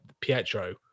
Pietro